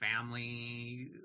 family